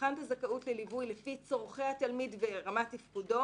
תבחן את הזכאות לליווי לפי צרכי התלמיד ורמת תפקודו